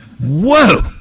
Whoa